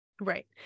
Right